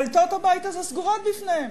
דלתות הבית הזה סגורות בפניהם.